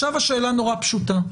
עכשיו השאלה נורא פשוטה,